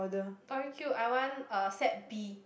Tori-Q I want uh set B